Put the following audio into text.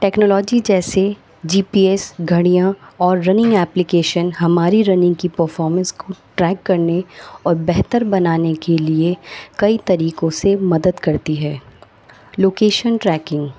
technology جیسے G P S گھڑیاں اور رننگ ایپلیکیشن ہماری رننگ کی پرفارمنس کو ٹریک کرنے اور بہتر بنانے کے لیے کئی طریقوں سے مدد کرتی ہے لوکیشن ٹریکنگ